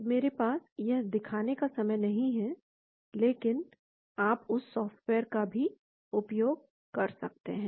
तो मेरे पास यह दिखाने का समय नहीं है लेकिन आप उस सॉफ़्टवेयर का भी उपयोग कर सकते हैं